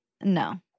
no